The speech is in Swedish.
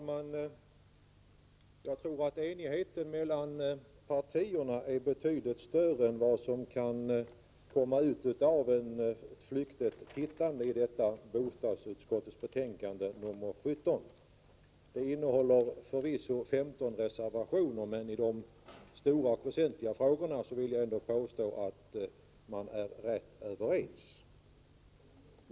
Herr talman! Enigheten mellan partierna är betydligt större än vad som framgår av en flyktig blick i bostadsutskottets betänkande nr 17. Det innehåller förvisso 15 reservationer, men i de stora och väsentliga frågorna vill jag nog påstå att man är rätt överens.